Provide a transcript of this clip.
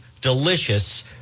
delicious